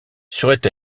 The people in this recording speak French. serait